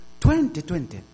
2020